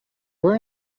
were